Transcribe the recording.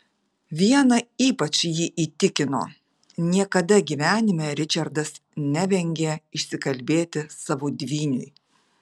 viena ypač jį įtikino niekada gyvenime ričardas nevengė išsikalbėti savo dvyniui